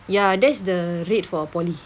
ya that's the rate for poly